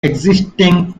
existing